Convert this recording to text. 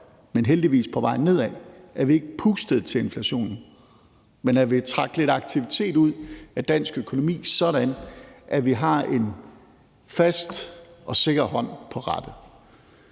men heldigvis på vej nedad – var at sørge for, at vi ikke pustede til inflationen, men at vi trak lidt aktivitet ud af dansk økonomi, sådan at vi har en fast og sikker hånd på rattet.